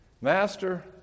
Master